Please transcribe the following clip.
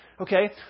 okay